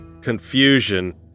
confusion